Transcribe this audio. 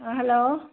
ꯑꯥ hello